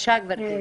בבקשה גברתי.